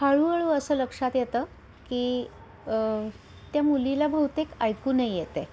हळूहळू असं लक्षात येतं की त्या मुलीला बहुतेक ऐकू नाही येत आहे